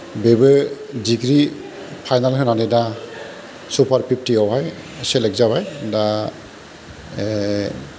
बेबो degree final होनानै दा सुपार फिफ्तियावहाय सेलेक्त जाबाय दा